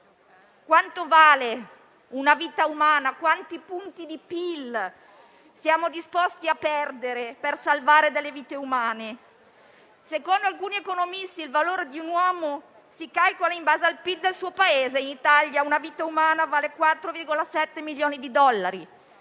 Quanto vale una vita umana? Quanti punti di PIL siamo disposti a perdere per salvare delle vite umane? Secondo alcuni economisti il valore di un uomo si calcola in base al PIL del suo Paese. In Italia una vita umana vale 4,7 milioni di dollari,